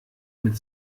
mit